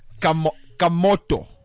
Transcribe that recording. Kamoto